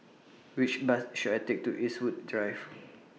Which Bus should I Take to Eastwood Drive